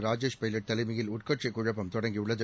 ராஜேஷ் எபவட் தலைமையில் உட்கட்சிகுழப்பம் தொடங்கியுள்ளது